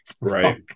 Right